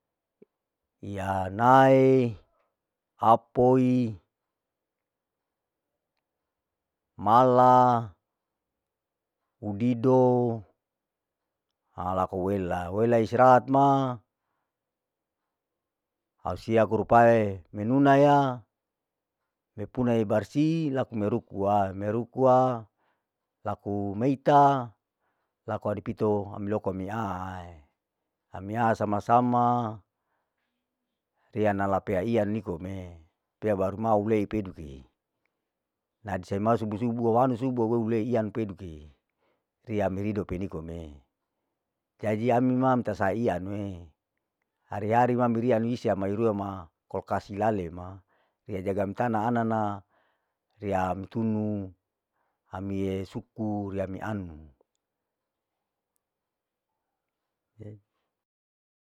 Riya nae, hapoi, mala, hudido alaku wela, wela istirahat ma au sia kurupae menunaya, mepuna ibarsi laku merukua, merukua laku meita, laku adi pito ami loko miaya, ami asama sama rianala pea iya nikome, pea baru mau lai peduke, nadi semau subu subu au hanu subu au eu leian peduke, riya mihidope nikome, jadi ami ma nitasaiya nue, hari hari ma niria miise amairua ma kolkas hilale ma, riya jaga mi tana ana na riya ami tunu, amie sukur riya ami anu.